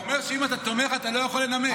הוא אומר שאם אתה תומך, אתה לא יכול לנמק.